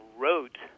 wrote